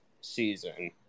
season